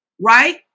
right